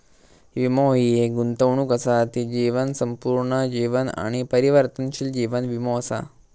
वीमो हि एक गुंतवणूक असा ती जीवन, संपूर्ण जीवन आणि परिवर्तनशील जीवन वीमो असा